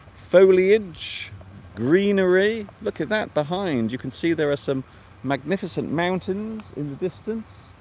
foliage greenery look at that behind you can see there are some magnificent mountains in the distance